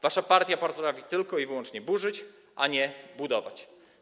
Wasza partia potrafi tylko i wyłącznie burzyć, a nie budować.